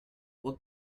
what